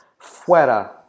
Fuera